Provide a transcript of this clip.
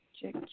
check